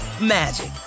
magic